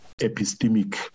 epistemic